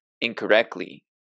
incorrectly